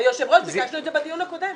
סליחה, היושב-ראש, ביקשנו את זה בדיון הקודם,